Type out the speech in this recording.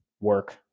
work